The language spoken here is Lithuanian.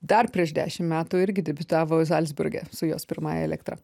dar prieš dešimt metų irgi debiutavo zalcburge su jos pirmąja elektra